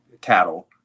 cattle